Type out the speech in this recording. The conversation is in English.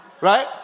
right